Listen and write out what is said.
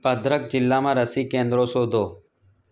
ભદ્રક જિલ્લામાં રસી કેન્દ્રો શોધો